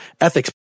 ethics